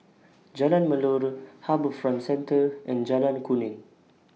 Jalan Melor HarbourFront Centre and Jalan Kuning